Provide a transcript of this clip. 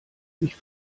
sich